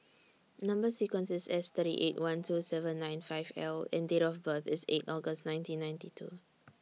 Number sequence IS S thirty eight one two seven nine five L and Date of birth IS eight August nineteen ninety two